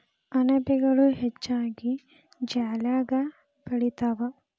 ಅಣಬೆಗಳು ಹೆಚ್ಚಾಗಿ ಜಾಲ್ಯಾಗ ಬೆಳಿತಾವ